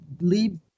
leave